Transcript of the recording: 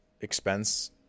expense